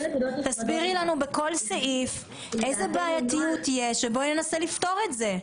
תסבירי לנו בכל סעיף איזה בעייתיות יש וננסה לפתור את זה.